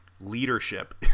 Leadership